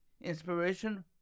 inspiration